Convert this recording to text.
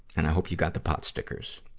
and i hope you got the pot stickers.